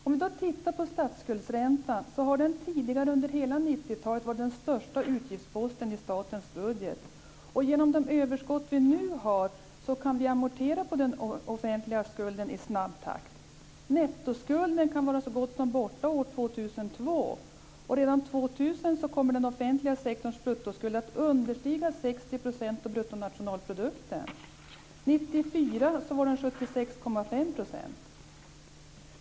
Om vi tittar på statsskuldsräntan ser vi att den tidigare under hela 90-talet varit den största utgiftsposten i statens budget. Genom de överskott vi nu har kan vi amortera på den offentliga skulden i snabb takt. Nettoskulden kan vara så gott som borta år 2002. Redan år 2000 kommer den offentliga sektorns bruttoskuld att understiga 60 % av bruttonationalprodukten. År 1994 var den 76,5 %.